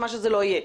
או מה שזה לא יהיה,